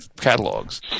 catalogs